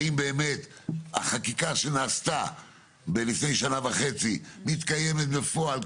האם באמת החקיקה שנעשתה לפני שנה וחצי מתקיימת בפועל,